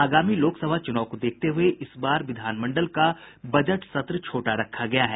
आगामी लोकसभा चुनाव को देखते हुए इस बार विधानमंडल का बजट सत्र छोटा रखा गया है